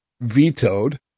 vetoed